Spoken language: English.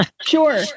Sure